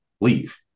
leave